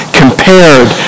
compared